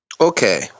Okay